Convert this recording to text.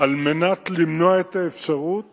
על מנת למנוע את האפשרות